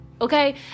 okay